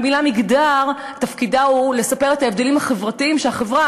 המילה מגדר תפקידה לספר את ההבדלים החברתיים שהחברה,